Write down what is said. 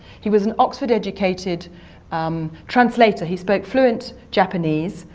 he was an oxford-educated translator. he spoke fluent japanese,